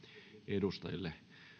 edustajille